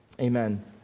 amen